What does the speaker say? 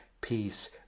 peace